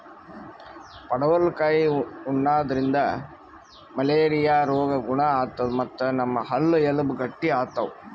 ಪಡವಲಕಾಯಿ ಉಣಾದ್ರಿನ್ದ ಮಲೇರಿಯಾ ರೋಗ್ ಗುಣ ಆತದ್ ಮತ್ತ್ ನಮ್ ಹಲ್ಲ ಎಲಬ್ ಗಟ್ಟಿ ಆತವ್